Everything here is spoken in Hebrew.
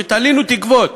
ותלינו תקוות,